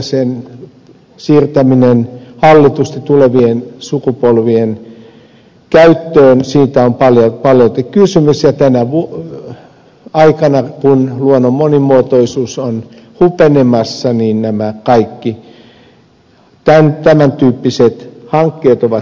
sen siirtämisestä hallitusti tulevien sukupolvien käyttöön on paljolti kysymys ja tänä aikana kun luonnon monimuotoisuus on hupenemassa nämä kaikki tämän tyyppiset hankkeet ovat tarpeellisia